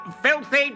filthy